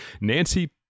Nancy